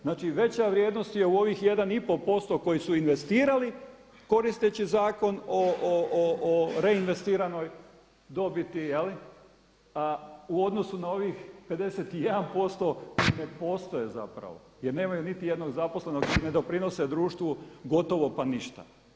Znači, veća vrijednost je u ovih 1,5% koji su investirali koristeći Zakon o reinvestiranoj dobiti u odnosu na ovih 51% koji ne postoje zapravo jer nemaju niti jednog zaposlenog i ne doprinose društvu gotovo pa ništa.